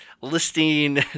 listing